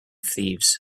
thieves